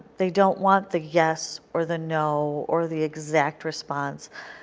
they don't want the yes or the no or the exact response.